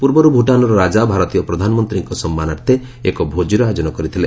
ପୂର୍ବରୁ ଭୁଟାନ୍ର ରାଜା ଭାରତୀୟ ପ୍ରଧାନମନ୍ତ୍ରୀଙ୍କ ସମ୍ମାନାର୍ଥେ ଏକ ଭୋଜିର ଆୟୋଜନ କରିଥିଲେ